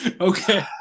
Okay